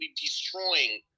destroying